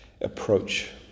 approach